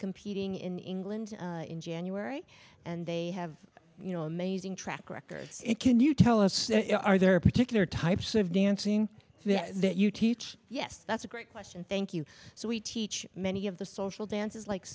competing in england in january and they have you know amazing track records can you tell us you know are there particular types of dancing that you teach yes that's a great question thank you so we teach many of the social dances like